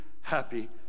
happy